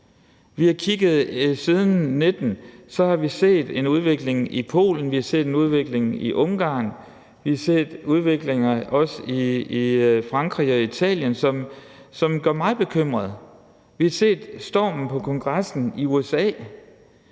alvorlig. Siden 2019 har vi set en udvikling i Polen, vi har se en udvikling i Ungarn, og vi har set udviklinger også i Frankrig og Italien, som gør mig bekymret. Vi har set stormen på kongressen i USA.